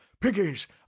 piggies